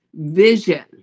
vision